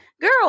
Girl